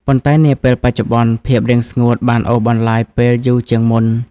ប៉ុន្តែនាពេលបច្ចុប្បន្ន ភាពរាំងស្ងួតបានអូសបន្លាយពេលយូរជាងមុន។